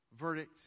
verdict